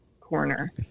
corner